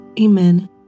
Amen